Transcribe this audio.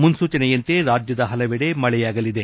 ಮುನ್ನೂಚನೆಯಂತೆ ರಾಜ್ಯದ ಪಲವೆಡೆ ಮಳೆಯಾಗಲಿದೆ